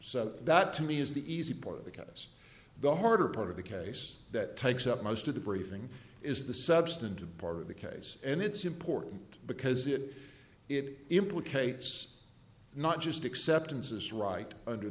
so that to me is the easy part because the harder part of the case that takes up most of the briefing is the substantive part of the case and it's important because it it implicates not just acceptance is right under